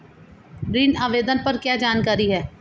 ऋण आवेदन पर क्या जानकारी है?